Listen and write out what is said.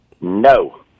No